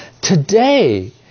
Today